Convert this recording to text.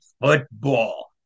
football